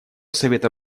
совета